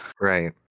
right